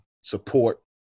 support